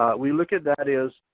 we look at that as,